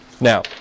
Now